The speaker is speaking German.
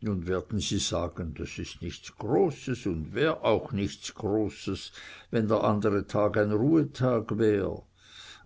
nun werden sie sagen das ist nichts großes und wär auch nichts großes wenn der andre tag ein ruhetag wär